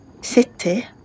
C'était